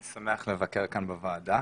אני שמח לבקר כאן בוועדה.